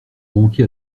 manqué